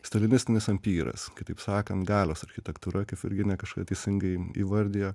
stalinistinis ampyras kitaip sakant galios architektūra kaip virginija kažkada teisingai įvardijo